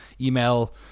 email